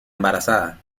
embarazada